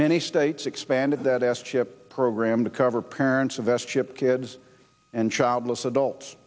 many states expanded that asked schip program to cover parents of s chip kids and childless adults